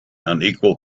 unequal